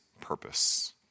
purpose